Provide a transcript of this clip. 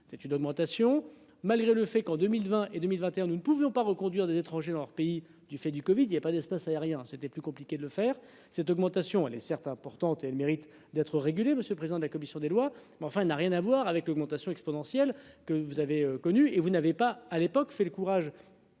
c'est une augmentation malgré le fait qu'en 2020 et 2021. Nous ne pouvions pas reconduire des étrangers dans leur pays du fait du Covid il y a pas d'espace aérien. C'était plus compliqué de le faire, cette augmentation elle est certes importante et elle mérite d'être régulé Monsieur président de la commission des lois, mais enfin elle n'a rien à voir avec l'augmentation exponentielle que vous avez connu et vous n'avez pas à l'époque fait le courage.